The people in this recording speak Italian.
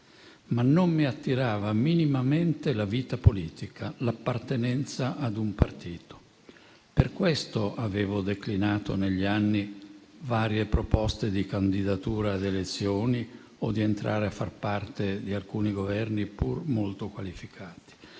ma non mi attirava minimamente la vita politica, l'appartenenza a un partito. Per questo avevo declinato negli anni varie proposte di candidatura alle elezioni o di entrare a far parte di alcuni Governi, pur molto qualificati.